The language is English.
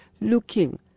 looking